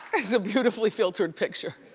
it's a beautifully filtered picture.